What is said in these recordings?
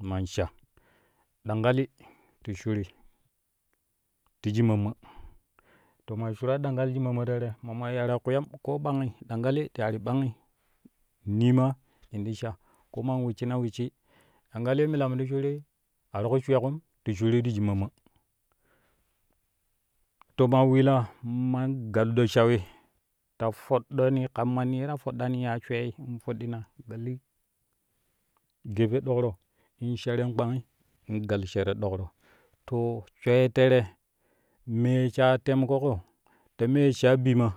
Man sha ɗankali ti shuri teji maammaa to maa shuraa ɗankali ti shik maammaa tere mama yaraa kpiyam ko ɓangi ɗankali ti ari ɓangi nee ma in to sha ko man wisshina wisshii ɗankali ye milam ti shurii a ti ku shuyaƙum ti shurii ti shik maammaa to ma wilaa gal shuyaƙum ti shurii ti shik maammaa to ma wilaa gal do shawi ta foɗɗoni ka mani ye ta foɗɗani yan shweei foɗɗina la li geɓe dokro shar yen kpangi in gal shero ɗokro to schweei tere mee shai temoƙoƙo ta mee sha ɓima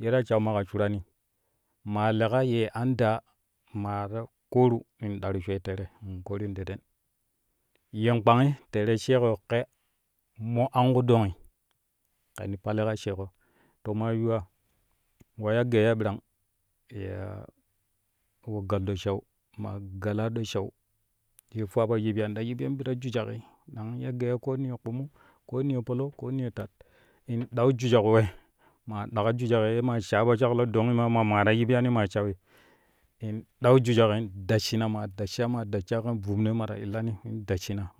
ye ta shau ma ka shurani maa leƙa yee an da maa ta kooru in ɗaru schweei tere in korinneren yen kpangi tere sheeƙo kɛ mo an ƙu dongi kɛn pali ka sheeƙo to ma yuwa wa ya gaiya birang ye yaa wo gal ɗo shau maa gala do shau ye fuwaa po yippyani ta yipyom bi ta jujaki ya gaiya ko niyo kpumu ko niyo palau ko niyo taf in dau jujak we na ɗaka jujak ye ma sha po shaklo dongi ma ma ta yipyani maa shaui in ɗau jujaƙ in dasshina ma dassha ma dassha kan vuvnoi ma ta illani dasshina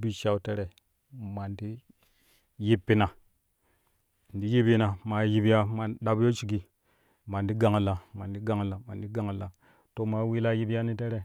bu shau tere man yippina ti yipyina maa yipyaa ɗabyo shigi man ti gangla man ti gangla to ma wilaa yipyani tere.